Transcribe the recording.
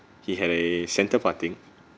he had a centre parting